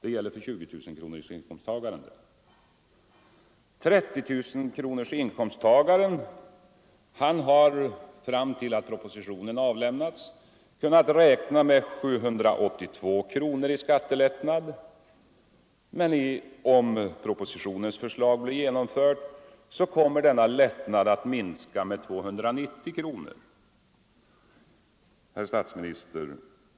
En person med 30 000 kronors inkomst har, fram till att propositionen avlämnats, kunnat räkna med 782 kronor i skattelättnad. Men om propositionens förslag blir genomfört, kommer denna lättnad att minska med 290 kronor. Herr statsminister!